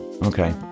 Okay